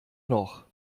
noch